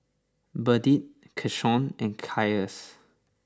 Burdette Keshaun and Cassius